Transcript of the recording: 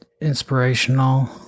inspirational